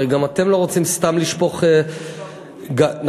הרי גם אתם לא רוצים סתם לשפוך, לפי מספר בוגרים.